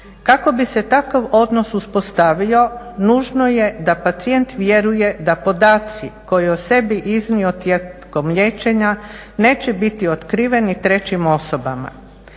Kako bi se takav odnos uspostavio nužno je da pacijent vjeruje da podaci koje je o sebi iznio tijekom liječenja neće biti otkriveni trećim osobama.